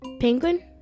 Penguin